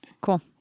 Cool